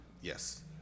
Yes